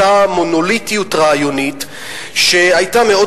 אותה מונוליטיות רעיונית שהיתה מאוד